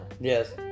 Yes